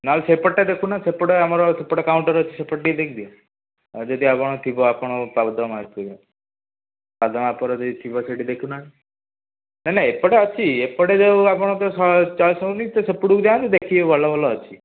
ନାହିଁ ସେପଟଟା ଦେଖୁନ ସେପଟେ ଆମର ସେପଟେ କାଉଣ୍ଟର ଅଛି ସେପଟେ ଟିକିଏ ଦେଖଦିଅ ଆଉ ଯଦି ଆଉ କ'ଣ ଥିବ ଆପଣଙ୍କ ପାଦ ମାପିବେ ପାଦ ମାପରେ ଯଦି ଥିବ ସେଇଟି ଦେଖୁନାହାନ୍ତି ନାହିଁ ନାହିଁ ଏପଟେ ଅଛି ଏପଟେ ଯେଉଁ ଆପଣଙ୍କ ଚଏସ୍ ହେଉନି ସେ ସେପଟକୁ ଯାଆନ୍ତୁ ଦେଖିବେ ଭଲ ଭଲ ଅଛି